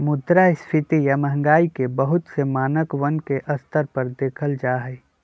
मुद्रास्फीती या महंगाई के बहुत से मानकवन के स्तर पर देखल जाहई